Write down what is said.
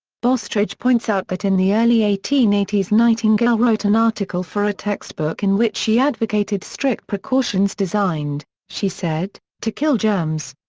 bostridge points out that in the early eighteen eighty s nightingale wrote an article for a textbook in which she advocated strict precautions designed, she said, to kill germs.